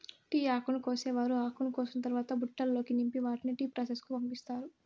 tea ఆకును కోసేవారు ఆకును కోసిన తరవాత బుట్టలల్లో నింపి వాటిని టీ ప్రాసెస్ కు పంపిత్తారు